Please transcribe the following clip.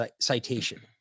citation